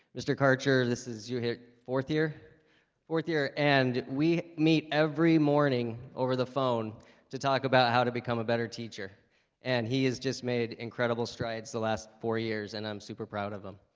mr. karcher. this is your fourth year fourth year and we meet every morning over the phone to talk about how to become a better teacher and he has just made incredible strides the last four years and i'm super proud of them.